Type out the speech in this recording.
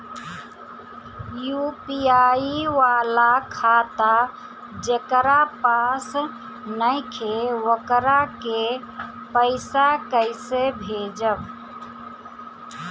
UPI वाला खाता जेकरा पास नईखे वोकरा के पईसा कैसे भेजब?